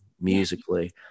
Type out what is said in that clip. musically